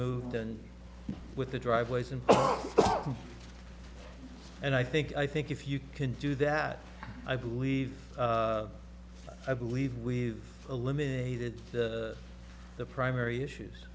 moved in with the driveways and and i think i think if you can do that i believe i believe we've eliminated the primary issues